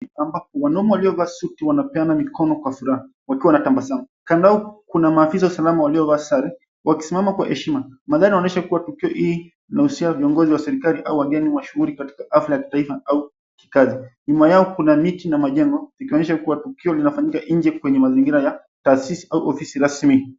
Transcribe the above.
Wanaume waliovaa suti wanapeana mikono kwa furaha, wakiwa wanatabasamu. Kando yao kuna maafisa usalama, waliovaa sare wakisimama kwa heshima. Mandhari anaonyesha kuwa tukio hii inahusiana na viongozi wa serikali, au wageni mashuhuri katika hafla ya kitaifa au kikazi. Nyuma yao kuna miti na majengo, ikionyesha kuwa tukio linafanyika nje, kwenye mazingira ya taasisi au ofisi rasmi.